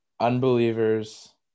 unbelievers